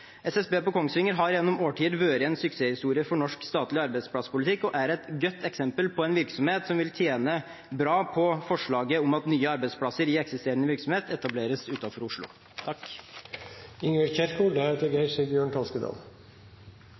SSB på Kongsvinger har gjennom årtier vært en suksesshistorie for norsk statlig arbeidsplasspolitikk og er et godt eksempel på en virksomhet som vil tjene bra på forslaget om at nye arbeidsplasser i eksisterende virksomhet etableres utenfor Oslo.